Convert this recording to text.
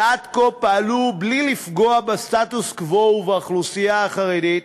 שעד כה פעלו בלי לפגוע בסטטוס-קוו ובאוכלוסייה החרדית,